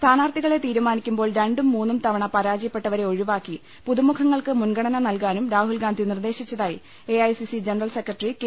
സ്ഥാനാർത്ഥികളെ തീരുമാനിക്കുമ്പോൾ രണ്ടും മൂന്നും തവണ പരാജയപ്പെട്ടവരെ ഒഴിവാക്കി പുതുമുഖങ്ങൾക്ക് മുൻഗണന നൽകാനും രാഹുൽഗാന്ധി നിർദ്ദേശിച്ചതായി A I C C general secretary K